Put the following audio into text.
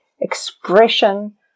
expression